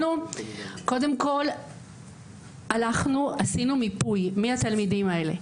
מה עשינו, קודם כל עשינו מיפוי מי התלמידים האלה,